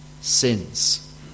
sins